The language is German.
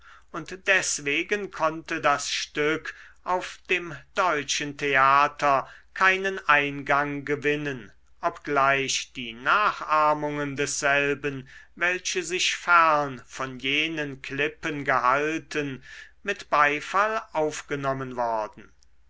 und deswegen konnte das stück auf dem deutschen theater keinen eingang gewinnen obgleich die nachahmungen desselben welche sich fern von jenen klippen gehalten mit beifall aufgenommen worden